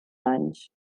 anys